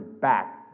back